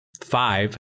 Five